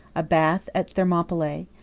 a bath at thermopylae,